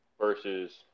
versus